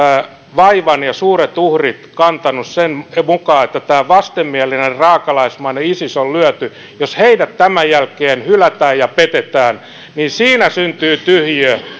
vaivan nähnyt ja suuret uhrit kantanut sen mukana että tämä vastenmielinen raakalaismainen isis on lyöty jos heidät tämän jälkeen hylätään ja petetään niin siinä syntyy tyhjiö